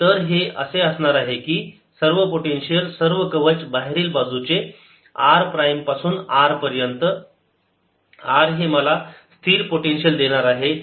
तर हे असे असणार आहे की सर्व पोटेन्शियल सर्व कवच बाहेरील बाजूचे r प्राईम पासून R पर्यंत R हे मला स्थिर पोटेन्शियल देणार आहे